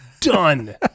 Done